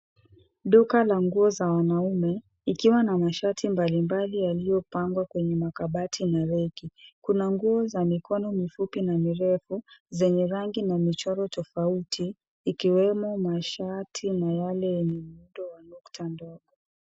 Duka la nguo za wanaume ikiwa na mashati mbali mbali yaliyopangwa kwenye makabati na rack . Kuna nguo za mikono mifupi na mirefu zenye rangi na michoro tofauti ikiwemo mashati na yale yenye mtindo wa nukta ndogo.